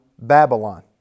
Babylon